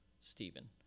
Stephen